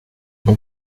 mon